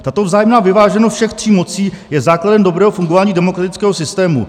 Tato vzájemná vyváženost všech tří mocí je základem dobrého fungování demokratického systému.